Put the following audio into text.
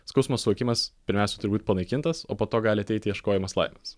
skausmo suvokimas pirmiausia turi būt panaikintas o po to gali ateiti ieškojimas laimės